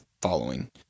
following